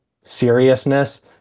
seriousness